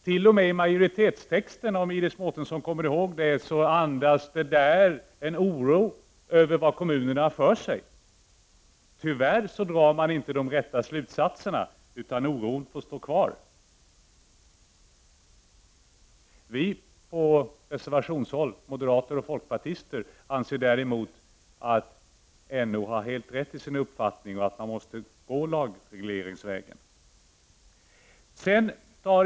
T.o.m. majoritetstexten andas, som Iris Mårtensson kanske kommer ihåg, en oro över vad kommunerna har för sig. Tyvärr drar man inte de rätta slutsatserna, utan oron får stå kvar. Vi reservanter, dvs. moderater och folkpartister, anser däremot att NO har helt rätt i sin uppfattning och att man måste gå lagregleringsvägen.